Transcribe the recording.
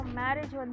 marriage